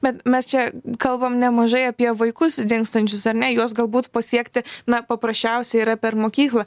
bet mes čia kalbam nemažai apie vaikus dingstančius ar ne juos galbūt pasiekti na paprasčiausiai yra per mokyklą